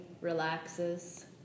relaxes